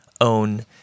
own